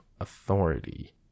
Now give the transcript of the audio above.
authority